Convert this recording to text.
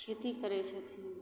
खेती करै छथिन